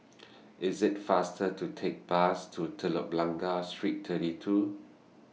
It's faster to Take The Bus to Telok Blangah Street thirty two